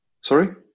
Sorry